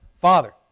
Father